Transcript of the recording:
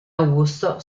augusto